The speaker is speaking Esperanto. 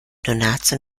donaco